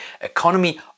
economy